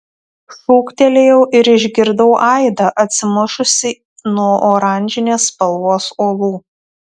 šūktelėjau ir išgirdau aidą atsimušusį nuo oranžinės spalvos uolų